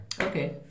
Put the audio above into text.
Okay